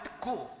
go